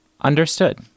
Understood